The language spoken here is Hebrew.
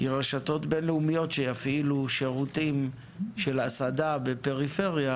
כי רשתות בינלאומיות שיפעילו שירותים של הסעדה בפריפריה,